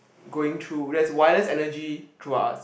going through there's wireless energy through us